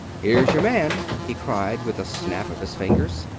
here's your man, he cried, with a snap of his fingers.